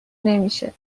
نمیشه